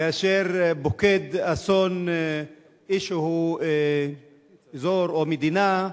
כאשר פוקד אסון איזשהו אזור או מדינה,